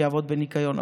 שיעבוד בניקיון.